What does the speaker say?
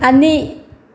ꯑꯅꯤ